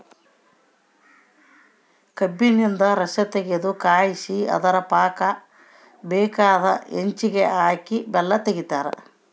ಕಬ್ಬಿನಿಂದ ರಸತಗೆದು ಕಾಯಿಸಿ ಅದರ ಪಾಕ ಬೇಕಾದ ಹೆಚ್ಚಿಗೆ ಹಾಕಿ ಬೆಲ್ಲ ತೆಗಿತಾರ